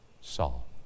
Saul